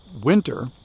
winter